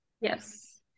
Yes